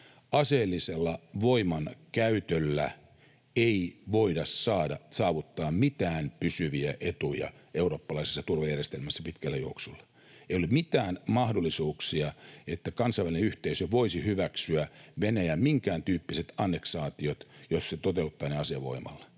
aseellisella voimankäytöllä ei voida saavuttaa mitään pysyviä etuja eurooppalaisessa turvajärjestelmässä pitkällä juoksulla. Ei ole mitään mahdollisuuksia, että kansainvälinen yhteisö voisi hyväksyä Venäjän minkääntyyppiset anneksaatiot, jos se toteuttaa ne asevoimalla.